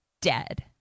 dead